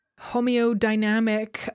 homeodynamic